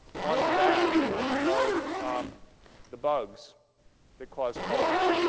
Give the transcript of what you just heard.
on the back of um the bugs that cause colds.